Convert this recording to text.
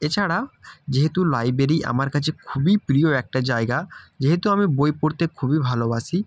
এছাড়া যেহেতু লাইব্রেরি আমার কাছে খুবই প্রিয় একটা জায়গা যেহেতু আমি বই পড়তে খুবই ভালোবাসি